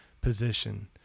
position